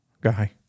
guy